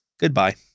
Goodbye